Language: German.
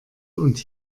und